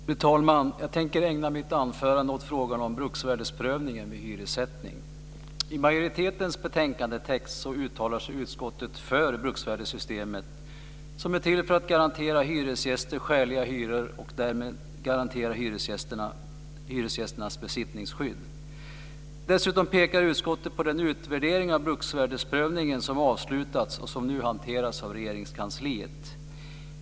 Fru talman! Jag tänker ägna mitt anförande åt frågan om bruksvärdesprövningen vid hyressättning. I majoritetens betänkandetext uttalar sig utskottet för bruksvärdessystemet. Det är till för att garantera hyresgäster skäliga hyror och därmed garantera hyresgästernas besittningsskydd. Dessutom pekar utskottet på den utvärdering av bruksvärdesprövningen som avslutats och som nu hanteras av Regeringskansliet.